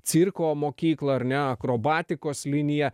cirko mokyklą ar net akrobatikos liniją